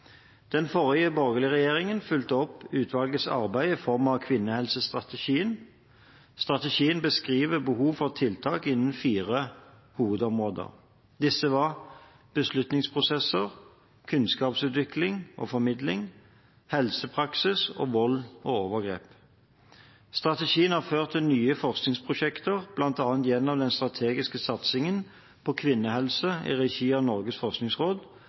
Den forrige borgerlige regjeringen fulgte opp utvalgets arbeid i form av Kvinnehelsestrategien. Strategien beskriver behov for tiltak innenfor fire hovedområder. Disse var: beslutningsprosesser, kunnskapsutvikling og formidling, helsepraksis og vold og overgrep. Strategien har ført til nye forskningsprosjekter, bl.a. gjennom den strategiske satsingen på kvinnehelse i regi av Norges forskningsråd,